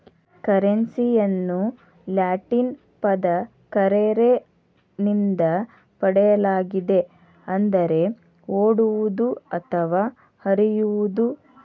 ಕರೆನ್ಸಿಯನ್ನು ಲ್ಯಾಟಿನ್ ಪದ ಕರ್ರೆರೆ ನಿಂದ ಪಡೆಯಲಾಗಿದೆ ಅಂದರೆ ಓಡುವುದು ಅಥವಾ ಹರಿಯುವುದು